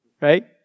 Right